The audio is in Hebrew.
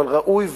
אבל ראוי,